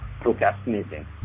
procrastinating